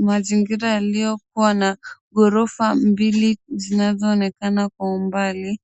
Mazingira yaliokua na ghorofa mbili zinazoonekana kwa umbali